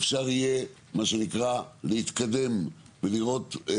אפשר יהיה מה שנקרא להתקדם ולראות,